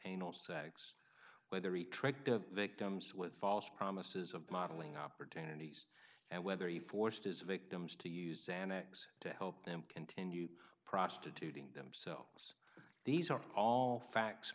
anal sex whether he tricked of victims with false promises of modeling opportunities and whether he forced his victims to use xanax to help them continue prostituting themselves these are all facts